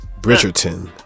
Bridgerton